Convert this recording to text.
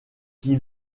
qui